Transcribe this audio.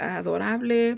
adorable